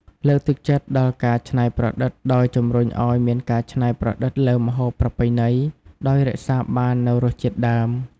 លើកទឹកចិត្តដល់ការច្នៃប្រឌិតដោយ ជំរុញឱ្យមានការច្នៃប្រឌិតលើម្ហូបប្រពៃណី ដោយរក្សាបាននូវរសជាតិដើម។